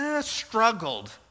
Struggled